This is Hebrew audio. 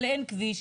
אבל אין כביש,